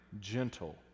gentle